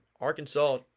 Arkansas